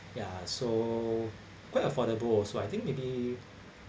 ya so quite affordable also I think maybe